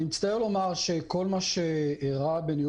אני מצטער לומר שכל מה שאירע בניהול